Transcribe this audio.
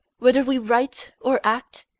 whether we write or act,